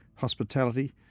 hospitality